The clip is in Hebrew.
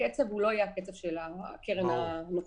הקצב לא יהיה הקצב של הקרן הנוכחית.